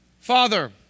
Father